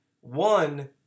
One